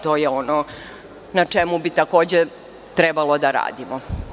To je ono na čemu bi takođe trebalo da radimo.